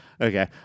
Okay